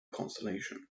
constellation